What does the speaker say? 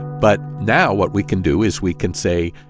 but now what we can do is we can say,